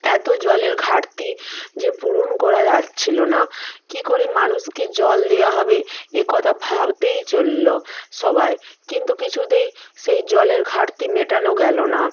এতো জলের ঘাটতি যে পূরণ করা যাচ্ছিলো না কী করে মানুষকে জল দেওয়া হবে এ কথা ভাবতেই চললো সবাই কিন্তু কিছুতেই সেই জলের ঘাটতি মেটানো গেলো না